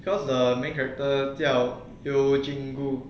cause the main character 叫 yeo jin goo